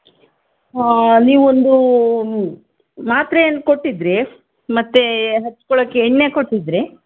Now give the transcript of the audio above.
ನೀವೊಂದು ಮಾತ್ರೆಯನ್ನು ಕೊಟ್ಟಿದ್ದಿರಿ ಮತ್ತು ಹಚ್ಕೊಳ್ಳೋಕ್ಕೆ ಎಣ್ಣೆ ಕೊಟ್ಟಿದ್ದಿರಿ